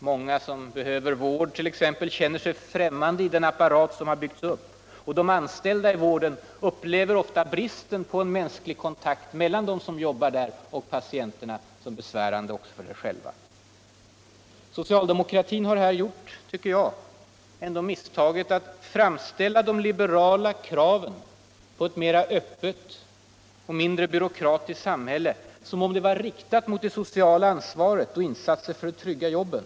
Många som behöver t.ex. vård känner sig främmande i den apparat som har byggts upp, och de anställda i vården upplever ofta bristen på mänsklig kontakt mellan dem som jobbar där och patienterna som mycket besvärande också för dem själva. Socialdemokratin har, tycker jag, här gjort misstaget att framställa de liberala kraven på ett mera öppet och mindre byråkratiskt samhälle som om de var riktade mot det sociala ansvaret och insatser för att trygga jobben.